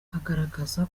agaragaza